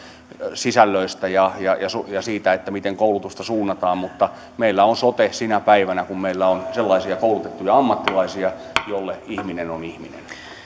sisällöistä ja ja siitä miten koulutusta suunnataan mutta meillä on sote sinä päivänä kun meillä on sellaisia koulutettuja ammattilaisia joille ihminen on ihminen